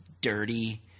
dirty